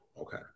Okay